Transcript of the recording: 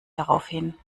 daraufhin